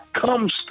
comes